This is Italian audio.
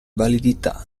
validità